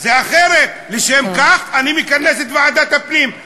זה אחרת, לשם כך אני מכנס את ועדת הפנים.